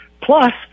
Plus